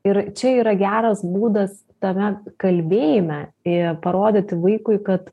ir čia yra geras būdas tame kalbėjime ir parodyti vaikui kad